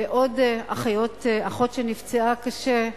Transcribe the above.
ועוד אחות שנפצעה קשה.